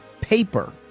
paper